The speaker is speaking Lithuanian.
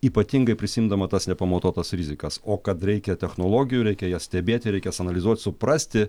ypatingai prisiimdama tas nepamatuotas rizikas o kad reikia technologijų reikia jas stebėti reikia jas analizuoti suprasti